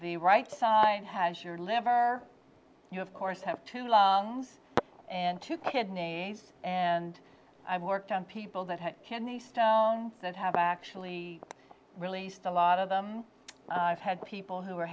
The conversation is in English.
the right side has your liver you of course have two longs into kidneys and i've worked on people that had kidney stones that have actually released a lot of them i've had people who were